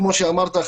כמו שאמרת,